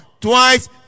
twice